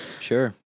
Sure